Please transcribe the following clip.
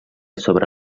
sobre